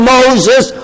Moses